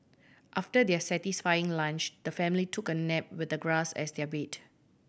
after their satisfying lunch the family took a nap with the grass as their bed